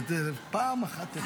זה פרלמנט.